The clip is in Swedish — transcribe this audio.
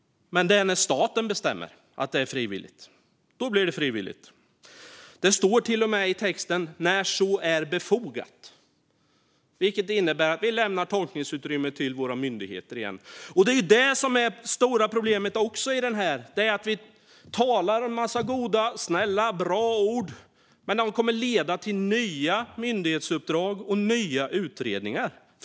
Men det är när staten bestämmer att det är frivilligt; då blir det frivilligt. Det står till och med i texten "när så är befogat", vilket innebär att vi återigen lämnar tolkningsutrymme till våra myndigheter. Det är det som är det stora problemet med propositionen. Vi säger en massa goda, snälla och bra ord, men de kommer bara att leda till nya myndighetsuppdrag och nya utredningar.